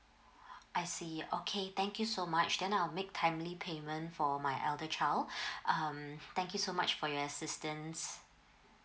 I see okay thank you so much then I'll make timely payment for my elder child um thank you so much for your assistance